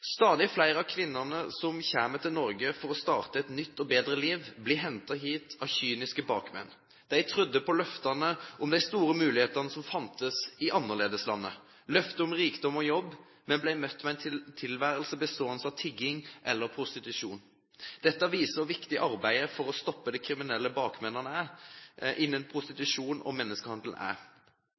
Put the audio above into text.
Stadig flere av kvinnene som kommer til Norge for å starte et nytt og bedre liv, blir hentet hit av kyniske bakmenn. De trodde på løftene om de store mulighetene som fantes i annerledeslandet – løfter om rikdom og jobb – men ble møtt med en tilværelse bestående av tigging eller prostitusjon. Dette viser hvor viktig arbeidet for å stoppe de kriminelle bakmennene innen prostitusjon og menneskehandel er.